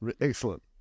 excellent